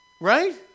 right